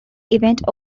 event